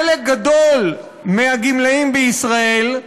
חלק גדול מהגמלאים בישראל,